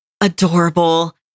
adorable